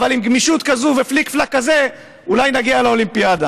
אבל עם גמישות כזאת ופליק-פלאק כזה אולי נגיע לאולימפיאדה.